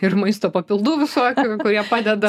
ir maisto papildų visokių kurie padeda